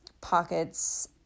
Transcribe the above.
pockets